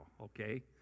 okay